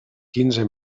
quinze